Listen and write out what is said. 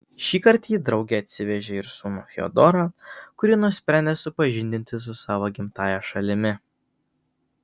šįkart ji drauge atsivežė ir sūnų fiodorą kurį nusprendė supažindinti su savo gimtąja šalimi